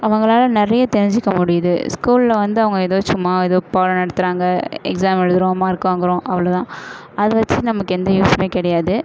அவங்களால நிறைய தெரிஞ்சுக்க முடியிது ஸ்கூலில் வந்து அவங்க ஏதோ சும்மா ஏதோ பாடம் நடத்துகிறாங்க எக்ஸாம் எழுதுகிறோம் மார்க் வாங்குகிறோம் அவ்வளோ தான் அதை வச்சு நமக்கு எந்த யூஸ்ஸுமே கிடையாது